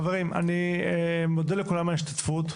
חברים, אני מודה לכולם על ההשתתפות.